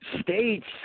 states